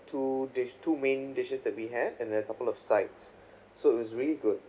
two dish two main dishes that we have and then a couple of sides so it was really good